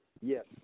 yes